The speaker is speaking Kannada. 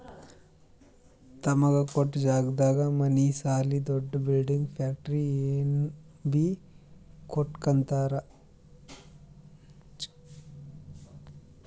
ತಮಗ ಕೊಟ್ಟ್ ಜಾಗದಾಗ್ ಮನಿ ಸಾಲಿ ದೊಡ್ದು ಬಿಲ್ಡಿಂಗ್ ಫ್ಯಾಕ್ಟರಿ ಏನ್ ಬೀ ಕಟ್ಟಕೊತ್ತರ್